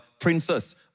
princes